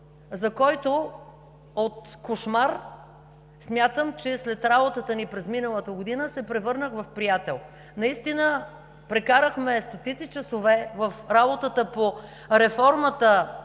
за който от кошмар, смятам, че след работата ни през миналата година се превърнах в приятел. Наистина прекарахме стотици часове в работата по реформата